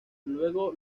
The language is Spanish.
luego